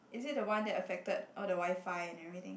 is it the one that affected all the WiFi and everything